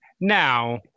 Now